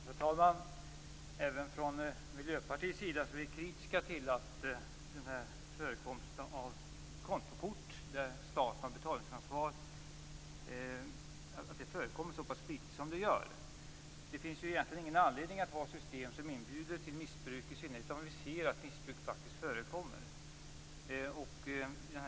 Fru talman! Även från Miljöpartiets sida är vi kritiska till att kontokort där staten har betalningsansvar förekommer så pass flitigt som det gör. Det finns egentligen ingen anledning att ha system som inbjuder till missbruk - i synnerhet om vi ser att missbruk faktiskt förekommer.